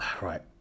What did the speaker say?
right